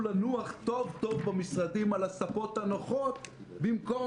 לנוח טוב-טוב במשרדים על הספות הנוחות במקום,